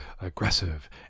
aggressive